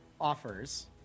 offers